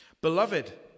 Beloved